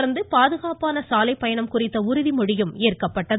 தொடா்ந்து பாதுகாப்பான சாலை பயணம் குறித்த உறுதிமொழியும் ஏற்கப்பட்டது